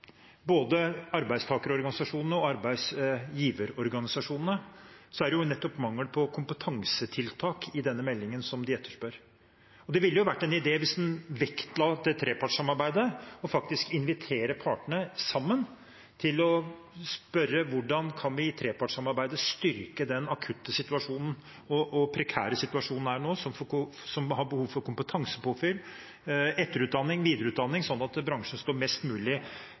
arbeidsgiverorganisasjonene, er det nettopp mangelen på kompetansetiltak i denne meldingen de spør om. Det ville vært en idé, hvis en vektla trepartssamarbeidet, faktisk å invitere partene sammen for å spørre hvordan en i trepartssamarbeidet kan styrke den akutte og prekære situasjonen som er nå, med behov for kompetansepåfyll, etterutdanning og videreutdanning, sånn at bransjen står mest mulig